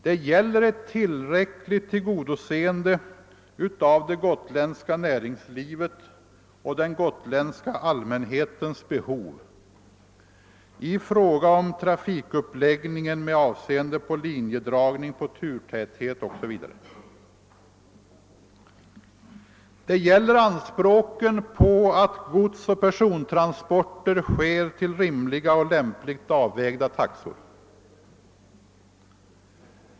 Det gäller ett tillräckligt tillgodoseende av det gotländska näringslivet och den gotländska allmänhetens behov i fråga om trafikuppläggningen med avseende på linjedragning, turtäthet osv. Det gäller också anspråken på att godsoch persontrafiken sker till rimliga och lämpligt avvägda taxor.